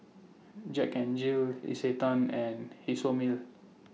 Jack N Jill Isetan and Isomil